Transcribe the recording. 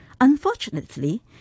Unfortunately